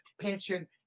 pension